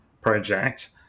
project